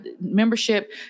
membership